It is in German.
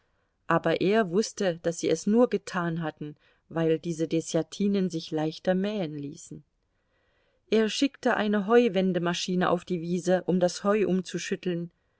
aber er wußte daß sie es nur getan hatten weil diese deßjatinen sich leichter mähen ließen er schickte eine heuwendemaschine auf die wiese um das heu